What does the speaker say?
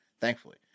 thankfully